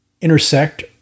intersect